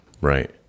Right